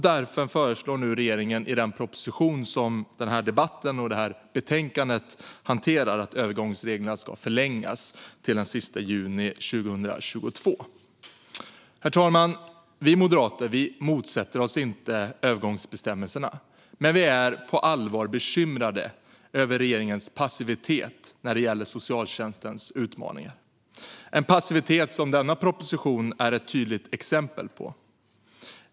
Därför föreslår nu regeringen i den proposition som detta betänkande och denna debatt hanterar att övergångsreglerna ska förlängas till den sista juni 2022. Herr talman! Vi moderater motsätter oss inte förlängningen av övergångsbestämmelserna, men vi är på allvar bekymrade över regeringens passivitet när det gäller socialtjänstens utmaningar - en passivitet som denna proposition är ett tydligt exempel på.